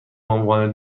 عنوان